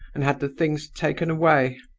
and had the things taken away.